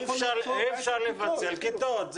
המשמעות היא שאי אפשר לפצל כיתות.